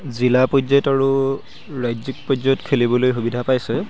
জিলা পৰ্যায়ত আৰু ৰাজ্যিক পৰ্যায়ত খেলিবলৈ সুবিধা পাইছে